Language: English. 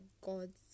gods